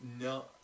no